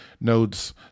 nodes